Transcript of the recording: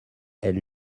elle